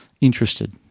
interested